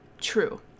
true